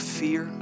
fear